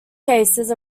cases